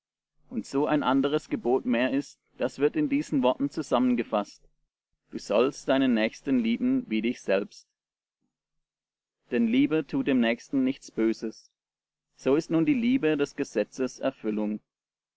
und so ein anderes gebot mehr ist das wird in diesen worten zusammengefaßt du sollst deinen nächsten lieben wie dich selbst denn liebe tut dem nächsten nichts böses so ist nun die liebe des gesetzes erfüllung